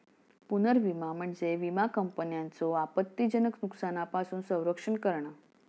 पुनर्विमा म्हणजे विमा कंपन्यांचो आपत्तीजनक नुकसानापासून संरक्षण करणा